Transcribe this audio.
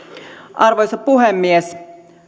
arvoisa puhemies